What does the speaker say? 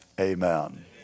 Amen